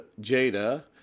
Jada